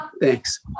Thanks